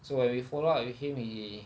so when we follow up with him he